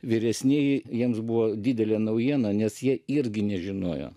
vyresnieji jiems buvo didelė naujiena nes jie irgi nežinojo